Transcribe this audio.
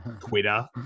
Twitter